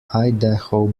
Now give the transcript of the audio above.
idaho